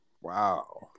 wow